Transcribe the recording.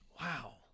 Wow